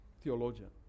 theologian